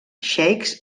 xeics